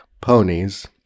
ponies